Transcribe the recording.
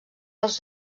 els